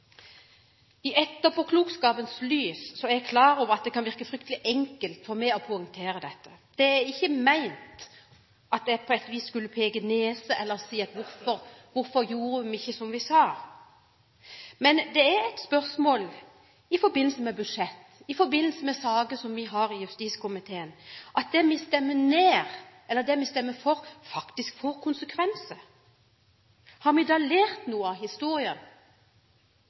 etterpåklokskapens lys er jeg klar over at det kan virke fryktelig enkelt for meg å poengtere dette. Det er ikke meningen å peke nese eller spørre om hvorfor man ikke gjorde som vi sa. Men det er et spørsmål i forbindelse med budsjett og de saker som vi har i justiskomiteen, at det vi stemmer ned, eller det vi stemmer for, faktisk får konsekvenser. Har vi da lært noe av historien?